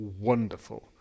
wonderful